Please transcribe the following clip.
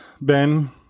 Ben